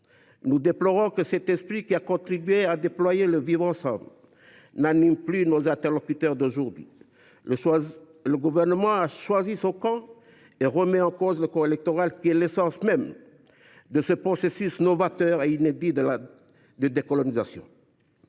Nous déplorons que cet esprit, qui a contribué à déployer le vivre ensemble, n’anime plus nos interlocuteurs actuels. Le Gouvernement a choisi son camp et remet en cause le corps électoral, qui est l’essence même de ce processus novateur et inédit de décolonisation.